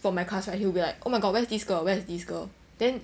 for my class right he'll be like oh my god where's this girl where's this girl then